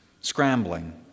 scrambling